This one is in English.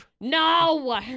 No